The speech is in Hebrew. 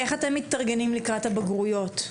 איך אתם מתארגנים לקראת הבגרויות?